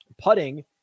Putting